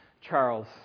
Charles